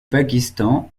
pakistan